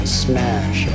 smash